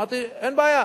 אמרתי: אין בעיה.